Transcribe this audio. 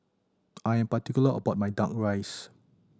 I am particular about my Duck Rice